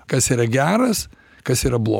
kas yra geras kas yra blo